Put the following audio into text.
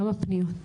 כמה פניות?